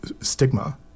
stigma